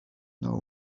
know